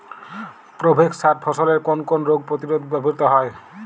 Provex সার ফসলের কোন কোন রোগ প্রতিরোধে ব্যবহৃত হয়?